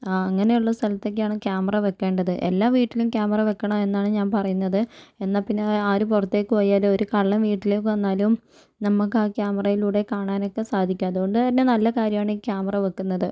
ആ അങ്ങനെയുള്ള സ്ഥലത്തൊക്കെയാണ് ക്യാമറ വെക്കേണ്ടത് എല്ലാ വീട്ടിലും ക്യാമറ വെക്കണം എന്നാണ് ഞാൻ പറയുന്നത് എന്നാൽ പിന്നെ ആര് പുറത്തേക്ക് പോയാലും ഒരു കള്ളൻ വീട്ടിലേക്ക് വന്നാലും നമുക്ക് ആ ക്യാമറയിലൂടെ കാണാനൊക്കെ സാധിക്കും അതു കൊണ്ട് തന്നെ നല്ല കാര്യമാണ് ഈ ക്യാമറ വെക്കുന്നത്